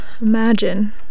imagine